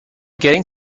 getting